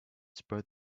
spread